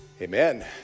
Amen